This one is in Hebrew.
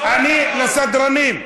אני, לסדרנים.